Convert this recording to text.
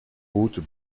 hautes